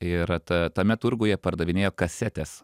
ir ta tame turguje pardavinėjo kasetes